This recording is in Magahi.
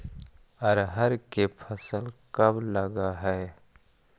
अरहर के फसल कब लग है?